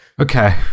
Okay